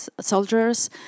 soldiers